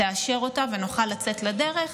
תאשר אותה ונוכל לצאת לדרך,